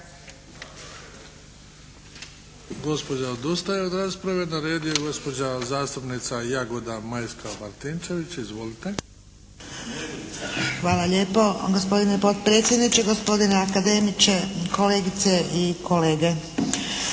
Hvala lijepo. Gospodine potpredsjedniče, gospodine akademiče, kolegice i kolege.